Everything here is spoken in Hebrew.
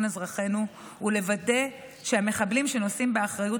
אזרחנו ולוודא שהמחבלים שנושאים באחריות,